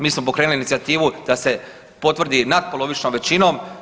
Mi smo pokrenuli inicijativu da se potvrdi nadpolovičnom većinom.